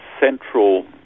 central